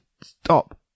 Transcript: stop